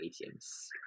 mediums